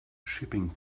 shipping